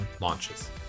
launches